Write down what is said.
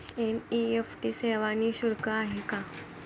NEFT सेवा निःशुल्क आहे का?